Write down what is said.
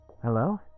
Hello